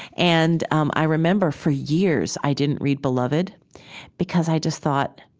and um i remember, for years, i didn't read beloved because i just thought,